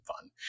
fun